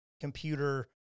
computer